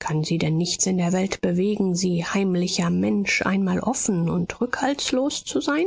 kann sie denn nichts in der welt bewegen sie heimlicher mensch einmal offen und rückhaltlos zu sein